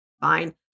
fine